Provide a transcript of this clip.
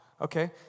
okay